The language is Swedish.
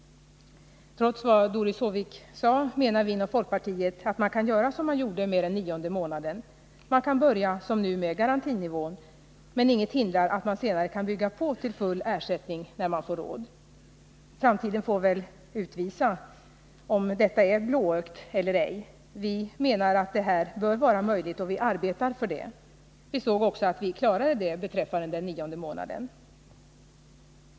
Oavsett vad Doris Håvik sade, menar vi inom folkpartiet att man kan göra som man gjorde med den nionde månaden. Man kan börja som nu med garantinivån, men inget hindrar att man senare kan bygga på till full ersättning när man får råd. Framtiden får väl utvisa om detta är blåögt eller ej. Vi menar att detta bör vara möjligt, och vi arbetar för det. Vi såg också att vi klarade det beträffande den nionde månaden.